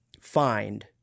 find